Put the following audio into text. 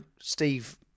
Steve